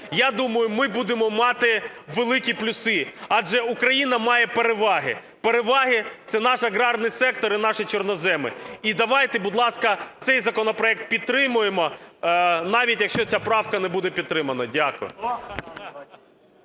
я думаю ми будемо мати великі плюси. Адже Україна має переваги. Переваги – це наш аграрний сектор і наші чорноземи. І давайте, будь ласка, цей законопроект підтримаємо навіть, якщо ця правка не буде підтримана. Дякую.